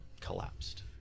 collapsed